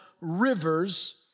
rivers